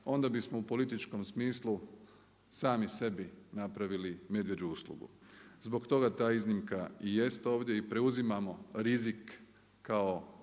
onda bismo u političkom smislu sami sebi napravili medvjeđu uslugu. Zbog toga ta iznimka i jest ovdje i preuzimamo rizik kao